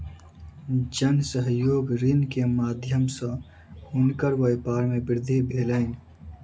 जन सहयोग ऋण के माध्यम सॅ हुनकर व्यापार मे वृद्धि भेलैन